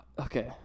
Okay